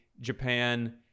Japan